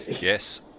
Yes